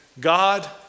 God